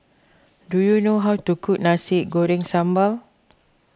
do you know how to cook Nasi Goreng Sambal